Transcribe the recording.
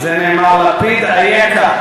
על זה נאמר: לפיד, אייכה?